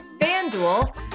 FanDuel